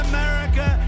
America